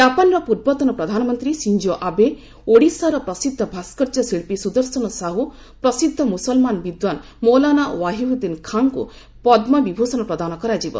ଜାପାନର ପୂର୍ବତନ ପ୍ରଧାନମନ୍ତ୍ରୀ ସିଞ୍ଜୋ ଆବେ ଓଡିଶାର ପ୍ରସିଦ୍ଧ ଭାସ୍କର୍ଯ୍ୟ ଶିଳ୍ପୀ ସୁଦର୍ଶନ ସାହୁ ପ୍ରସିଦ୍ଧ ମୁସଲମାନ ବିଦ୍ୟାନ୍ ମୌଲାନା ୱାହିଉଦ୍ଦିନ ଖାନଙ୍କୁ ପଦ୍ମବିଭୂଷଣ ପ୍ରଦାନ କରାଯିବ